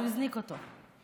הוא הזניק אותו.